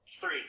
three